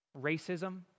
Racism